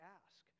ask